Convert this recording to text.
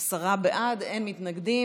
עשרה בעד, אין מתנגדים.